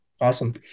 Awesome